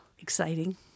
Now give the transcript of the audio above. exciting